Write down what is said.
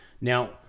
Now